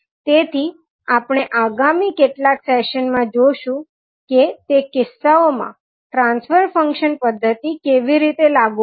તેથી આપણે આગામી કેટલાક સેશનમાં જોશું કે તે કિસ્સાઓમાં ટ્રાન્સફર ફંક્શન પદ્ધતિ કેવી રીતે લાગુ પડશે